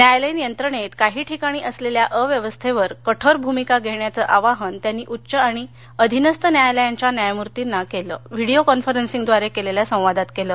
न्यायालयीन यंत्रणेत काही ठिकाणी असलेल्या अव्यवस्थेवर कठोर भूमिका घेण्याचं आवाहन त्यांनी उच्च आणि अधीनस्थ न्यायालयांच्या न्यायमूर्तींना त्यांनी विडीयो कॉन्फरन्सिंगद्वारे केलेल्या संवादात केलं